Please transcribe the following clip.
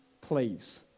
please